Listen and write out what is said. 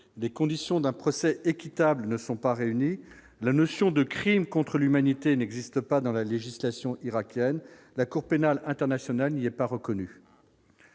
des conditions d'un procès équitable ne sont pas réunies, la notion de Crime contre l'humanité n'existe pas dans la législation irakienne la Cour pénale internationale n'y est pas reconnu.